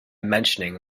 mentioning